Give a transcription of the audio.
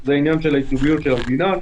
זה עניין של ייצוגיות של המדינה.